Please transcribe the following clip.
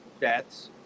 deaths